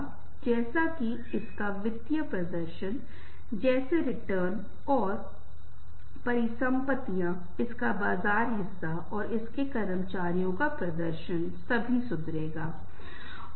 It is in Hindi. हां कई बार ऐसा होता है कि हमें बहुत सी व्यक्तिगत समस्याएं पेशेवर समस्याएं पारिवारिक समस्याएं हो रही हैं और फिर हमें कोई समाधान नहीं मिल रहा है